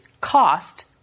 cost